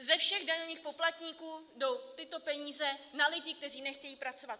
Ze všech daňových poplatníků jdou tyto peníze na lidi, kteří nechtějí pracovat.